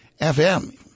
FM